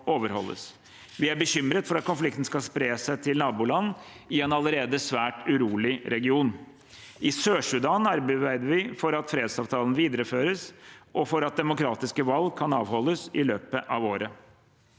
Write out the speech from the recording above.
Vi er bekymret for at konflikten skal spre seg til naboland i en allerede svært urolig region. I Sør-Sudan arbeider vi for at fredsavtalen videreføres, og for at demokratiske valg kan avholdes i løpet av året.